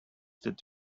that